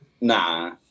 Nah